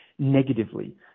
negatively